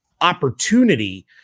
opportunity